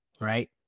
Right